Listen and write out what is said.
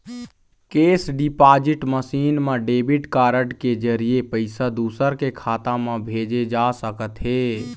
cash deposit machine म debit card के जरिए पइसा दूसर के खाता म भेजे जा सकत हे